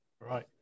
Right